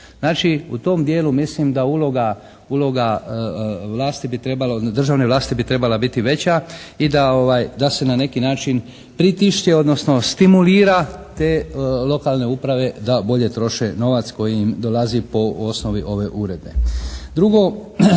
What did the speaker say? bi trebalo, državne vlasti bi trebala biti veća i da se na neki način pritišće odnosno stimulira te lokalne uprave da bolje troše novac koji im dolazi po osnovi ove uredbe.